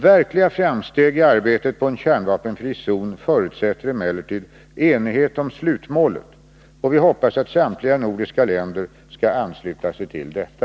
Verkliga framsteg i arbetet på en kärnvapenfri zon förutsätter emellertid enighet om slutmålet, och vi hoppas att samtliga nordiska länder skall ansluta sig till detta.